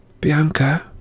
Bianca